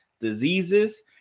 diseases